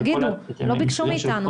תגידו - לא ביקשו מאיתנו.